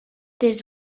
des